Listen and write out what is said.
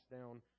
down